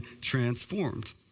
transformed